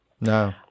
No